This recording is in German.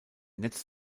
netz